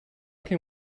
can